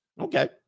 Okay